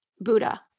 Buddha